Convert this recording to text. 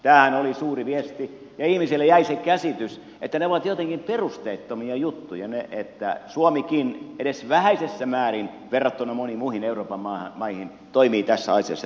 tämähän oli suuri viesti ja ihmisille jäi se käsitys että ne ovat jotenkin perusteettomia juttuja että suomikin edes vähäisessä määrin verrattuna moniin muihin euroopan maihin toimii tässä asiassa tällä tavalla